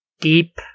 deep